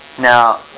Now